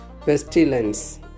pestilence